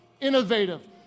innovative